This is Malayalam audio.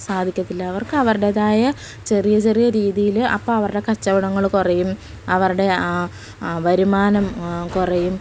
സാധിക്കത്തില്ല അവർക്ക് അവരുടേതായ ചെറിയ ചെറിയ രീതിയിൽ അപ്പം അവരുടെ കച്ചവടങ്ങൾ കുറയും അവരുടെ ആ വരുമാനം കുറയും